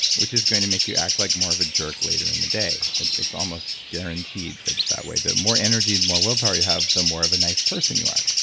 which is going to make you act like more of a jerk later in the day and it's almost guaranteed that it's that way. the more energy and more willpower you have, the more of a nice person you are.